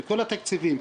וכל התקציבים,